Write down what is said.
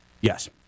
Yes